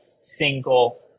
single